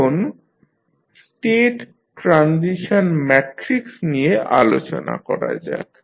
এখন state transition matrix নিয়ে আলোচনা করা যাক